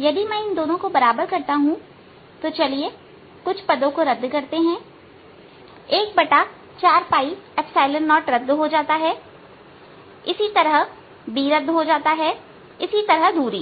यदि मैं इन दोनों को बराबर करता हूं तो चलिए कुछ पदों को रद्द करते हैं 140 रद्द हो जाता है इसी तरह d इसी तरह दूरी